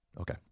Okay